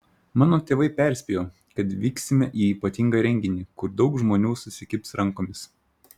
mano tėvai perspėjo kad vyksime į ypatingą renginį kur daug žmonių susikibs rankomis